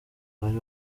bari